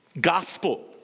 Gospel